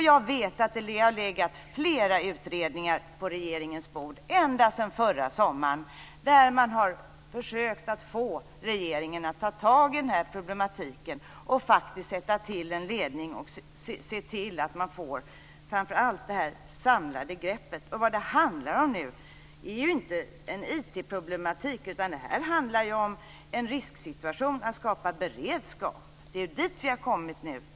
Jag vet att det har legat flera utredningar på regeringens bord ända sedan förra sommaren, och man har försökt att få regeringen att ta tag i den här problematiken och faktiskt tillsätta en ledning och se till att man får framför allt ett samlat grepp. Vad det handlar om nu är ju inte en IT problematik. Det här handlar ju om att skapa beredskap för en risksituation. Det är ju dit vi har kommit nu.